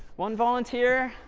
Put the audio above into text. one volunteer.